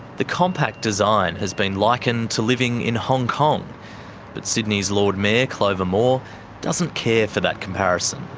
the compact design has been likened to living in hong kong but sydney's lord mayor clover moore doesn't care for that comparison.